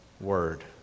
word